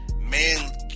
man